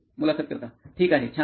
मुलाखत कर्ता ठीक आहे छान आहे